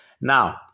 Now